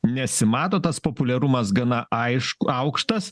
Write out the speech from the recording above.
nesimato tas populiarumas gana aišku aukštas